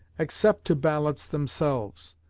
except to ballots themselves,